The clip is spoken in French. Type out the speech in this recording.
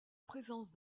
présence